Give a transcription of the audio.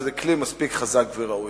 וזה כלי מספיק חזק וראוי.